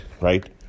right